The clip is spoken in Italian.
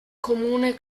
comune